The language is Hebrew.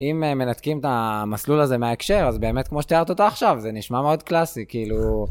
אם מנתקים את המסלול הזה מההקשר, אז באמת כמו שתיארת אותה עכשיו, זה נשמע מאוד קלאסי, כאילו...